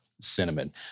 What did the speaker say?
cinnamon